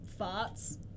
Farts